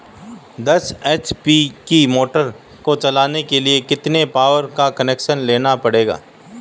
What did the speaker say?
दस एच.पी की मोटर को चलाने के लिए हमें कितने पावर का कनेक्शन लेना पड़ेगा?